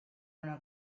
una